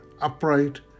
upright